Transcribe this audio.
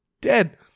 dead